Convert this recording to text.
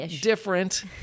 different